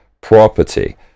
property